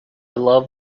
love